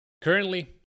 Currently